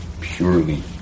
purely